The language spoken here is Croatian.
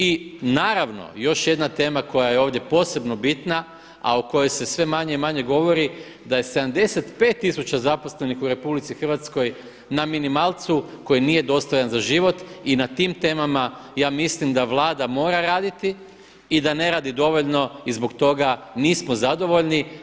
I naravno još jedna tema koja je ovdje posebno bitna, a o kojoj se sve manje i manje govori, da je 75000 zaposlenih u RH na minimalcu koji nije dostojan za život i na tim temama ja mislim da Vlada mora raditi i da ne radi dovoljno i zbog toga nismo zadovoljni.